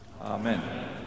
Amen